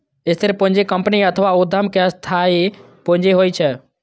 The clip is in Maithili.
स्थिर पूंजी कंपनी अथवा उद्यम के स्थायी पूंजी होइ छै